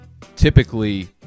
typically